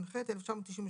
(תיקון,